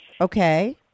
okay